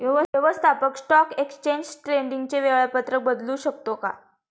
व्यवस्थापक stock exchange ट्रेडिंगचे वेळापत्रक बदलू शकतो का?